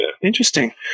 Interesting